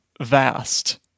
vast